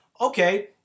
okay